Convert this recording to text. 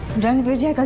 ran vijay